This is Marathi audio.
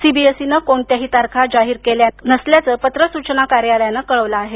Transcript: सीबीएसईनं कोणत्याही तारखा जाहीर केल्या नसल्याचं पत्र सूचना कार्यालयानं कळवलं आहे